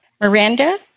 Miranda